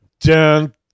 dun